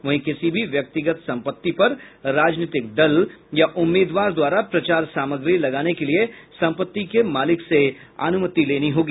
वहीं किसी भी व्यक्तिगत संपत्ति पर राजनीतिक दल या उम्मीदवार द्वारा प्रचार सामग्री लगाने के लिए संपत्ति के मालिक से अनुमति लेनी होगी